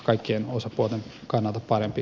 kaikkien osapuolten kannalta parempi